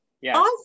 Yes